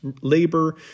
labor